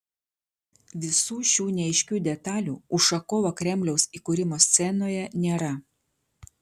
visų šių neaiškių detalių ušakovo kremliaus įkūrimo scenoje nėra